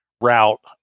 route